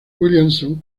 williamson